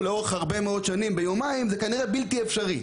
לאורך הרבה מאוד שנים זה כנראה בלתי אפשרי.